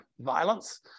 violence